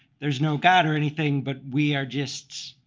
there is no god or anything, but we are just